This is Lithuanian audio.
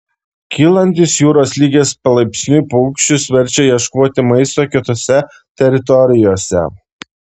kylantis jūros lygis palaipsniui paukščius verčia ieškoti maisto kitose teritorijose